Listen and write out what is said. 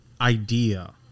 idea